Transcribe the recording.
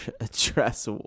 address